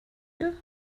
nähe